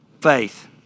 Faith